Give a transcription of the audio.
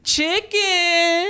Chicken